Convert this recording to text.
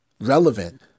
relevant